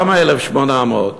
למה 1,800?